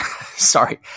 Sorry